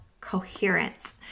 coherence